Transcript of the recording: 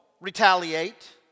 retaliate